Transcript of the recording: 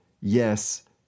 yes